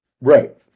Right